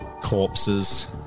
Corpses